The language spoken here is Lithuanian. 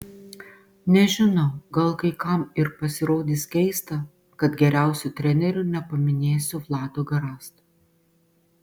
nežinau gal kai kam ir pasirodys keista kad geriausiu treneriu nepaminėsiu vlado garasto